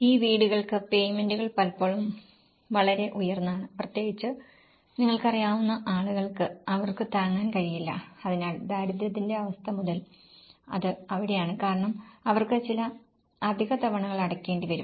ഈ വീടുകൾക്കുള്ള പേയ്മെന്റുകൾ പലപ്പോഴും വളരെ ഉയർന്നതാണ് പ്രത്യേകിച്ചും നിങ്ങൾക്കറിയാവുന്ന ആളുകൾക്ക് അവർക്ക് താങ്ങാൻ കഴിയില്ല അതിനാൽ ദാരിദ്ര്യത്തിന്റെ അവസ്ഥ മുതൽ അത് അവിടെയാണ് കാരണം അവർക്ക് ചില അധിക തവണകൾ അടയ്ക്കേണ്ടിവരും